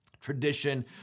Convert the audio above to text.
tradition